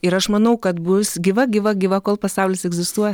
ir aš manau kad bus gyva gyva gyva kol pasaulis egzistuos